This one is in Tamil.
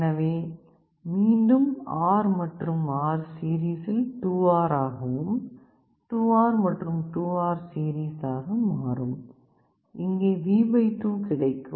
எனவே மீண்டும் R மற்றும் R சீரிஸில் 2 R ஆகவும் 2 R மற்றும் 2 R சீரிஸ் ஆக மாறும் இங்கே V2 கிடைக்கும்